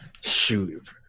Shoot